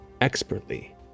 expertly